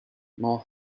more